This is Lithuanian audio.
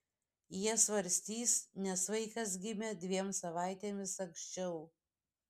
jie svarstys nes vaikas gimė dviem savaitėmis anksčiau